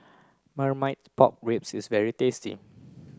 Marmite Pork Ribs is very tasty